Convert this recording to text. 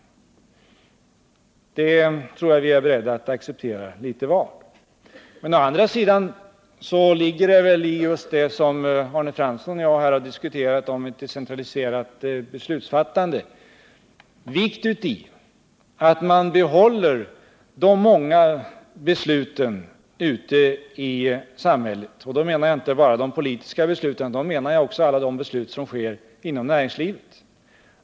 Jag tror att vi är beredda att acceptera det litet var. Å andra sidan — och Arne Fransson och jag har ju just diskuterat ett decentraliserat beslutsfattande — ligger det väl vikt i att man behåller de många besluten ute i samhället. Då menar jag inte bara de politiska besluten utan också alla de beslut som fattas inom näringslivet.